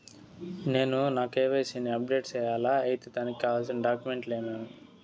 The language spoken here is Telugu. నేను నా కె.వై.సి ని అప్డేట్ సేయాలా? అయితే దానికి కావాల్సిన డాక్యుమెంట్లు ఏమేమీ?